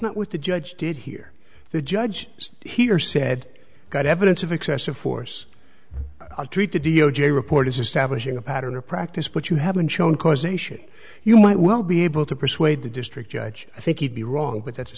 not what the judge did here the judge here said good evidence of excessive force i'll treat the d o j report is establishing a pattern or practice but you haven't shown causation you might well be able to persuade the district judge i think you'd be wrong but that's a